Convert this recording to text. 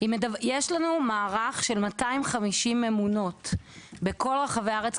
יש לנו מערך של 250 ממומנות בכל רחבי הארץ.